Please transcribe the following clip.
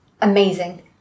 amazing